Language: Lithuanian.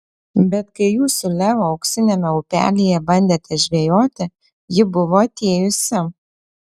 bet kai jūs su leo auksiniame upelyje bandėte žvejoti ji buvo atėjusi